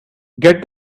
get